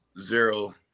zero